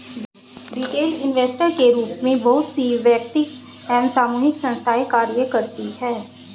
retail investor के रूप में बहुत सी वैयक्तिक एवं सामूहिक संस्थाएं कार्य करती हैं